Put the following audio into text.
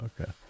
Okay